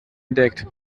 entdeckt